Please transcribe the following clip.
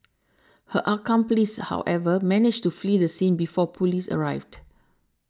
her accomplice however managed to flee the scene before police arrived